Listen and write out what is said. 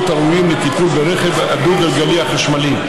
הראויים לטיפול ברכב הדו-גלגלי החשמלי.